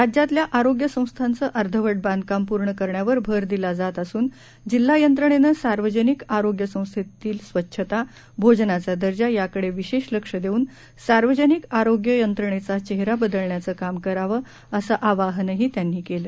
राज्यातल्या आरोग्य संस्थांचं अर्धवट बांधकाम पूर्ण करण्यावर भर दिला जात असून जिल्हा यंत्रणेनं सार्वजनिक आरोग्य संस्थेतली स्वच्छता भोजनाचा दर्जा याकडे विशेष लक्ष देऊन सार्वजनिक आरोग्य यंत्रणेचा चेहरा बदलण्याचं काम करावं असं आवाहनही त्यांनी केलं